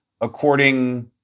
according